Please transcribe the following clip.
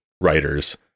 writers